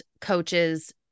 coaches